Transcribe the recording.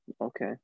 Okay